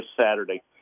Saturday